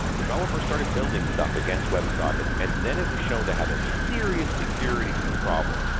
developers started building stuff against web sockets and then it was shown to have a serious security problem,